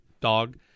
dog